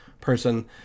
person